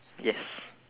yes